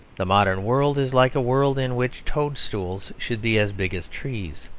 the modern world is like a world in which toadstools should be as big as trees,